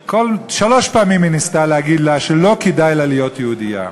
שלוש פעמים היא ניסתה להגיד לה שלא כדאי לה להיות יהודייה.